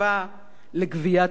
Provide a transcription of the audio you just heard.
לגביית מסים.